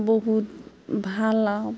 বহুত ভাল আৰু